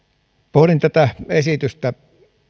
pohdin tätä esitystä